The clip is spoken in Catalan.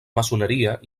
maçoneria